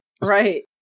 Right